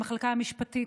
המחלקה המשפטית,